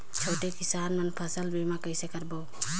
छोटे किसान मन फसल बीमा कइसे कराबो?